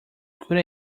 could